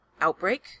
Outbreak